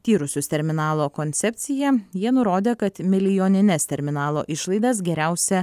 tyrusius terminalo koncepciją jie nurodė kad milijonines terminalo išlaidas geriausia